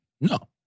No